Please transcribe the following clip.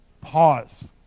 Pause